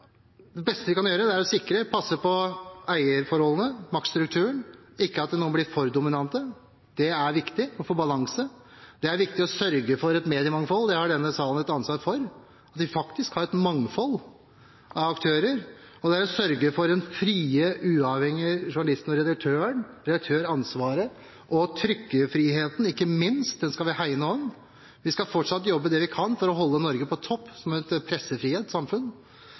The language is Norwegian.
det beste vi kan gjøre, er å passe på eierforholdene, maktstrukturen, og ikke la noen bli for dominante. Det er viktig for balansen. Det er viktig å sørge for et mediemangfold, og denne salen har et ansvar for at vi faktisk har et mangfold av aktører. Vi skal sørge for den frie, uavhengige journalisten og redaktøren, redaktøransvaret og ikke minst trykkefriheten – den skal vi hegne om. Vi skal fortsatt jobbe det vi kan for å holde Norge på topp som et